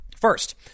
First